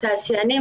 התעשיינים,